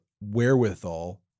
wherewithal